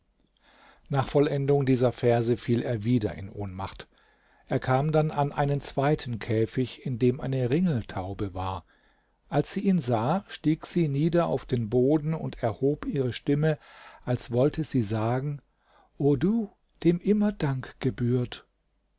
nach vollendung dieser verse fiel er wieder in ohnmacht er kam dann an einen zweiten käfig in dem eine ringeltaube war als sie ihn sah stieg sie nieder auf den boden und erhob ihre stimme als wollte sie sagen o du dem immer dank gebührt